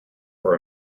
for